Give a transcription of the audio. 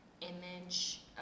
image